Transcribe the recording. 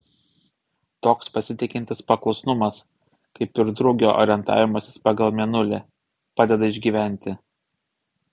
toks pasitikintis paklusnumas kaip ir drugio orientavimasis pagal mėnulį padeda išgyventi